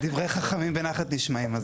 דברי חכמים בנחת נשמעים.